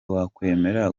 wakwemera